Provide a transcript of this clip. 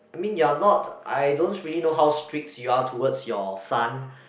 I mean you are not I don't really know how strict you are towards your son